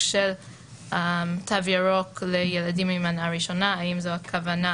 של תו ירוק לילדים עם מנה ראשונה והשאלה היא האם זאת עדיין הכוונה,